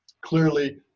clearly